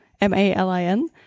M-A-L-I-N